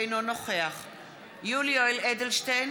אינו נוכח יולי יואל אדלשטיין,